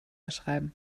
schreiben